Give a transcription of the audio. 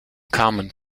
carmen